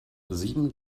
sieben